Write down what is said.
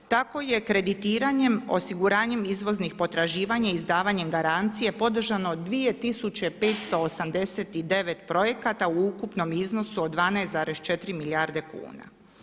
Tako je kreditiranjem, osiguranjem izvoznih potraživanja, izdavanjem garancije podržano 2589 projekata u ukupnom iznosu od 12,4 milijarde kuna.